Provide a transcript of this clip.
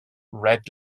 red